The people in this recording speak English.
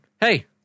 Hey